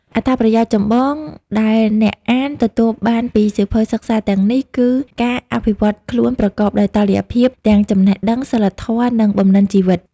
អត្ថប្រយោជន៍ចម្បងដែលអ្នកអានទទួលបានពីសៀវភៅសិក្សាទាំងនេះ គឺការអភិវឌ្ឍខ្លួនប្រកបដោយតុល្យភាពទាំងចំណេះដឹង សីលធម៌ និង បំណិនជីវិត។